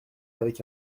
avec